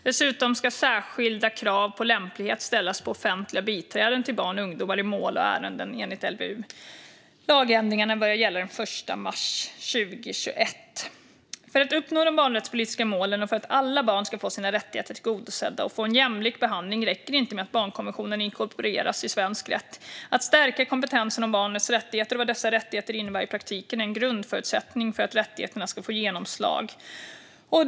Dessutom ska särskilda krav på lämplighet ställas på offentliga biträden till barn och ungdomar i mål och ärenden enligt LVU. Lagändringarna börjar gälla den 1 mars 2021. För att uppnå de barnrättspolitiska målen och för att alla barn ska få sina rättigheter tillgodosedda och få en jämlik behandling räcker det inte med att barnkonventionen inkorporerats i svensk rätt. Att stärka kompetensen om barnets rättigheter och vad dessa rättigheter innebär i praktiken är en grundförutsättning för att rättigheterna ska få genomslag.